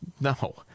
No